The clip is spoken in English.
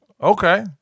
okay